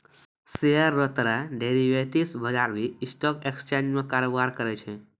share रो तरह derivatives बजार भी स्टॉक एक्सचेंज में कारोबार करै छै